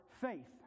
faith